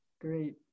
great